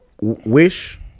Wish